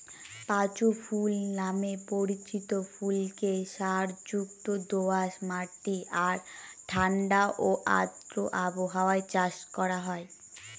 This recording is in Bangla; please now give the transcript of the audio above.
পাঁচু ফুল নামে পরিচিত ফুলকে সারযুক্ত দোআঁশ মাটি আর ঠাণ্ডা ও আর্দ্র আবহাওয়ায় চাষ করা হয়